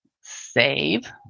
Save